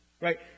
right